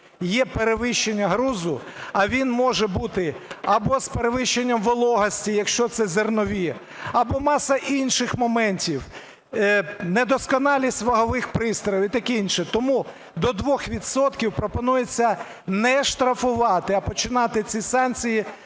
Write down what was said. є перевищення груза, а він може бути або з перевищенням вологості, якщо це зернові, або маса інших моментів: недосконалість вагових пристроїв і таке інше, тому до двох відсотків пропонується не штрафувати, а починати ці санкції